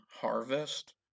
Harvest